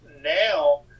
now